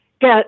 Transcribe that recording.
get